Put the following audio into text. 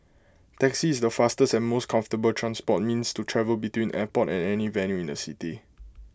taxi is the fastest and most comfortable transport means to travel between airport and any venue in the city